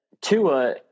Tua